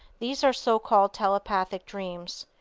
these are so-called telepathic dreams,